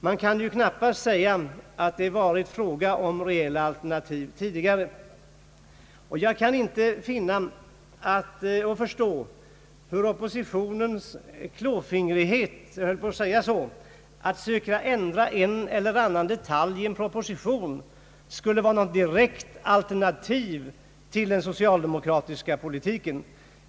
Man kan knappast säga att det varit fråga om reella alternativ tidigare, och jag kan inte förstå att oppositionens, jag vill säga, klåfingrighet att söka ändra en eller annan detalj i en proposition skulle vara något verkligt alternativ till den socialdemokratiska politiken.